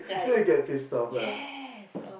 right yes ugh